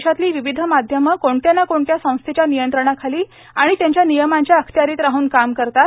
देशातली विविध माध्यमं कोणत्या ना कोणत्या संस्थेच्या नियंत्रणाखाली आणि त्यांच्या नियमांच्या अखत्यारित राहन काम करत असतात